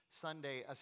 Sunday